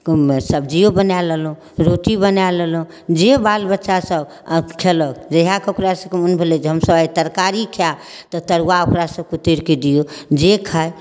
सब्जियो बना लेलहुॅं रोटी बना लेलहुॅं जे बाल बच्चासब खयलक जहिआ कऽ ओकरा सबके मन भेलै जे हमसब आइ तरकारी खायब तऽ तरुआ ओकरा सबकेँ तैर कऽ दियौ जे खाय